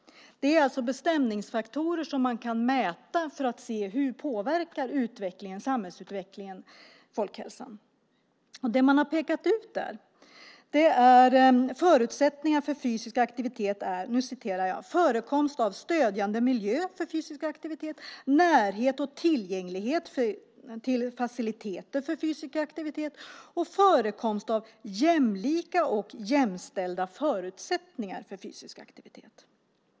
Det är alltså bestämningsfaktorer som man kan mäta för att se hur samhällsutvecklingen påverkar folkhälsan. Där har man pekat ut att förutsättningarna för fysisk aktivitet är förekomst av stödjande miljö för fysisk aktivitet, närhet och tillgänglighet till faciliteter för fysisk aktivitet och förekomst av jämlika och jämställda förutsättningar för fysisk aktivitet.